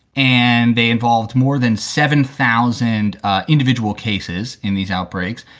and they involved more than seven thousand ah individual cases in these outbreaks.